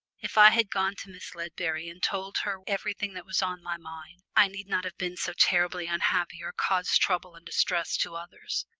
if i had gone to miss ledbury and told her everything that was on my mind i need not have been so terribly unhappy or caused trouble and distress to others.